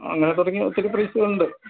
അങ്ങനെ തുടങ്ങി ഒത്തിരി പ്ലേസുകളുണ്ട്